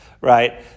Right